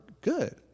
good